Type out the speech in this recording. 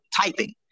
typing